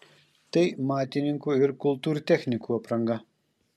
tai matininkų ir kultūrtechnikų apranga